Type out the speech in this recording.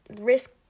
risk